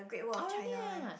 oh really ah